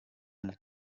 umwe